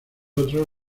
otro